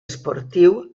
esportiu